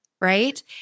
right